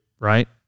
right